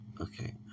Okay